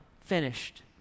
finished